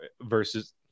versus